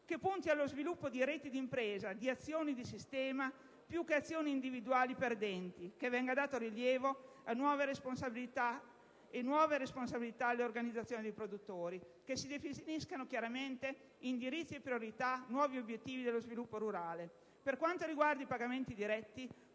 che punti allo sviluppo di reti d'impresa e di azioni di sistema più che di azioni individuali perdenti. Chiediamo che venga dato rilievo e nuove responsabilità alle organizzazioni dei produttori e che si definiscano chiaramente indirizzi, priorità e nuovi obiettivi dello sviluppo rurale. Per quanto riguarda i pagamenti diretti,